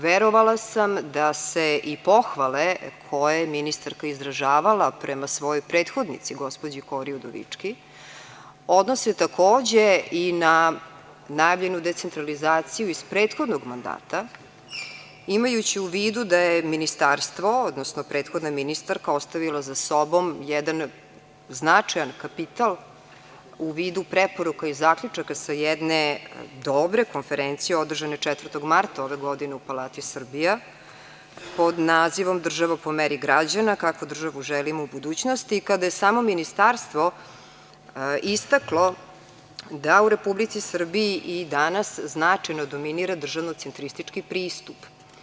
Verovala sam da se i pohvale koje je ministarka izražavala prema svojoj prethodnici gospođi Kori Udovički, odnose takođe i na najavljenu decentralizaciju iz prethodnog mandata, imajući u vidu da je ministarstvo, odnosno prethodna ministarka ostavila za sobom jedan značajan kapital u vidu preporuka i zaključaka sa jedne dobre konferencije održane 4. marta ove godine u Palati Srbija, pod nazivom „Država po meri građana“ kakvu državu želimo u budućnosti, kada je samo ministarstvo istaklo da u Republici Srbiji i danas značajno dominira državnocentristički pristup.